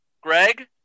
Greg